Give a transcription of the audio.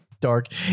dark